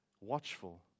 watchful